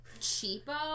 cheapo